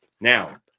Now